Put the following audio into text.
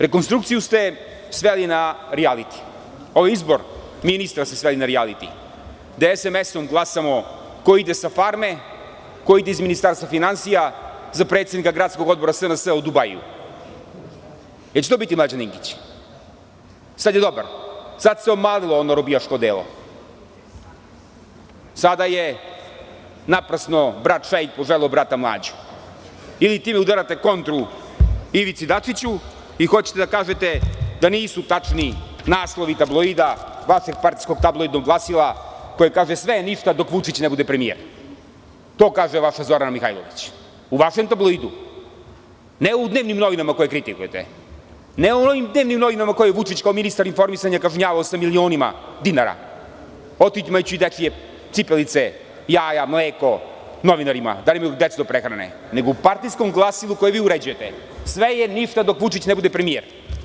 Rekonstrukciju ste sveli na „rijaliti“, ovaj izbor ministra ste sveli na „rijaliti“, da SMS glasamo ko ide sa farme, ko ide iz Ministarstva finansija za predsednika gradskog odbora SNS u Dubaiju, da će to biti Mlađan Dinkić, sada je dobar, sada se omaglilo ono robijaško odelo, sada je naprasno brat šeik poželeo brata Mlađu ili time udarate kontru Ivici Dačiću i hoćete da kažete da nisu tačni naslovi tabloida, vašeg partijskog tabloidnog glasila, koji kaže „Sve je ništa, dok Vučić ne bude premijer“, to kaže vaša Zorana Mihajlović, u vašem tabloidu ne u dnevnim novinama koje kritikujete, ne u ovim dnevnim novinama koje Vučić kao ministar informisanja kažnjavao sa milionima dinara, otimajući dečje cipelice, jaja, mleko, novinarima, da li imaju decu da prehrane, nego u partijskom glasilu koje vi uređujete „Sve je ništa, dok Vučić ne bude premijer“